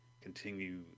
continue